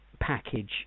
package